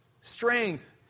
Strength